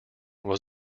was